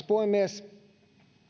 puhemies